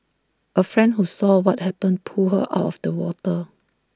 A friend who saw what happened pulled her out of the water